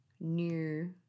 new